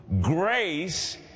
Grace